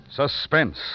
Suspense